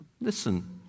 Listen